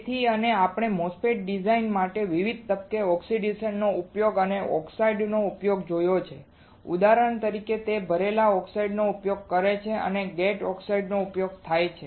તેથી અને આપણે MOSFET ડિઝાઇન માટે વિવિધ તબક્કે ઓક્સિડેશનનો ઉપયોગ અથવા ઓક્સાઇડ નો ઉપયોગ જોયો છે ઉદાહરણ તરીકે તે ભરેલા ઓક્સાઇડનો ઉપયોગ કરે છે અને ગેટ ઓક્સાઇડ નો ઉપયોગ થાય છે